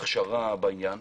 הכשרה בעניין,